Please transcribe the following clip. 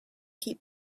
keep